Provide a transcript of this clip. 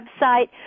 website